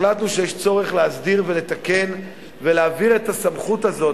החלטנו שיש צורך להסדיר ולתקן ולהעביר את הסמכות הזו,